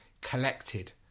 collected